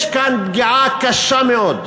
יש כאן פגיעה קשה מאוד,